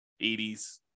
80s